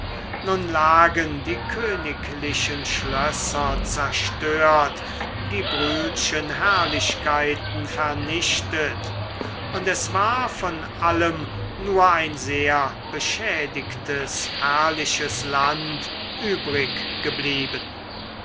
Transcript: nun lagen die königlichen schlösser zerstört die brühlschen herrlichkeiten vernichtet und es war von allem nur ein sehr beschädigtes herrliches land übrig